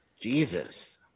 Jesus